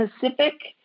Pacific